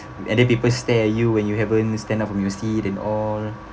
and then people stare at you when you haven't stand up from your seat and all